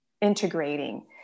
integrating